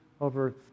over